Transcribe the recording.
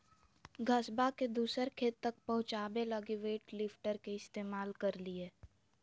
घसबा के दूसर खेत तक पहुंचाबे लगी वेट लिफ्टर के इस्तेमाल करलियै